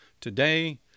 Today